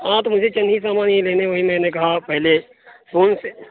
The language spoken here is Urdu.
ہاں تو مجھے چند ہی سامان ہی لینے ہیں میں نے کہا پہلے فون سے